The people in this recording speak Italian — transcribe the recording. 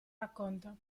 racconta